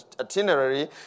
itinerary